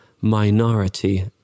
minority